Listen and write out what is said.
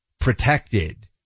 protected